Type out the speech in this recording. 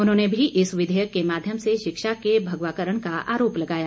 उन्होंने भी इस विधेयक के माध्यम से शिक्षा के भगवाकरण का आरोप लगाया